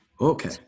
Okay